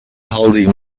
holding